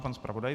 Pan zpravodaj.